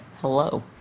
Hello